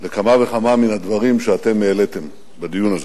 לכמה וכמה מן הדברים שאתם העליתם בדיון הזה.